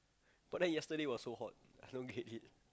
but then yesterday was so hot I don't get it